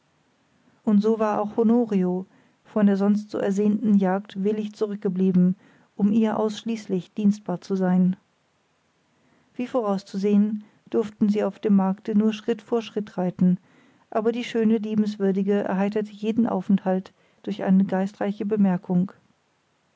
und so war auch honorio von der sonst so ersehnten jagd willig zurückgeblieben um ihr ausschließlich dienstbar zu sein wie vorauszusehen durften sie auf dem markte nur schritt vor schritt reiten aber die schöne liebenswürdige erheiterte jeden aufenthalt durch eine geistreiche bemerkung